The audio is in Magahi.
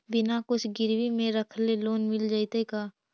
बिना कुछ गिरवी मे रखले लोन मिल जैतै का?